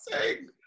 sing